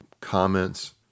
comments